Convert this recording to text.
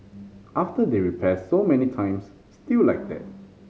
after they repair so many times still like that